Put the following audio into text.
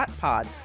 Pod